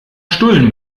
stullen